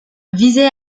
visait